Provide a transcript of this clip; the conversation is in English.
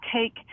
take